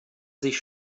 sich